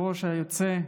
היושב-ראש היוצא.